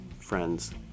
friends